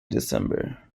december